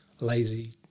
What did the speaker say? lazy